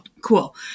cool